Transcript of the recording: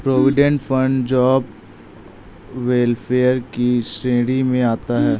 provident fund job welfare की श्रेणी में आता है